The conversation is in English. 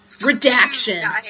Redaction